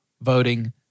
voting